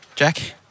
Jack